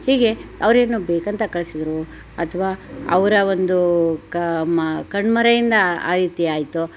ಹೀಗೆ ಅವರೇನು ಬೇಕಂತ ಕಳಿಸಿದ್ರೋ ಅಥವಾ ಅವರ ಒಂದು ಕ ಮ ಕಣ್ಮರೆಯಿಂದ ಆ ರೀತಿ ಆಯಿತೋ